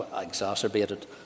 exacerbated